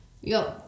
Yo